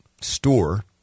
store